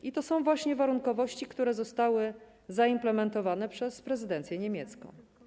I to są właśnie warunkowości, które zostały zaimplementowane przez prezydencję niemiecką.